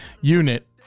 unit